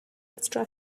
extra